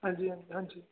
ਹਾਂਜੀ ਹਾਂਜੀ